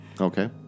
Okay